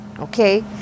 okay